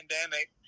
pandemic